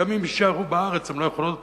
ואם הן יישארו בארץ, הן לא יכולות